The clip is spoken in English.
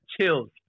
Chills